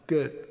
Good